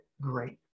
great